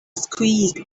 squeezed